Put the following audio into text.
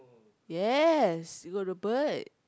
yes you got the bird